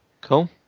Cool